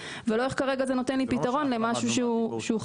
ולא איך זה נותן לי כרגע פתרון למשהו שחסר.